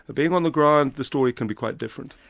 ah being on the ground, the story can be quite different.